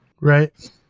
Right